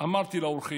"אמרתי לאורחים